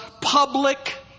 public